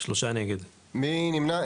3 נמנעים,